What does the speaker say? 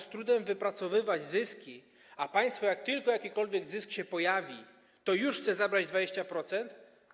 Z trudem wypracowują zyski, a państwo, kiedy jakikolwiek zysk się pojawi, już chce zabrać 20%.